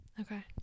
Okay